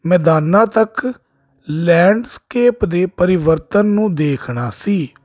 ਮੈਦਾਨਾਂ ਤੱਕ ਲੈਂਡਸਕੇਪ ਦੇ ਪਰਿਵਰਤਨ ਨੂੰ ਦੇਖਣਾ ਸੀ